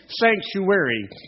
sanctuary